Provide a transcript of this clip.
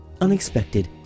unexpected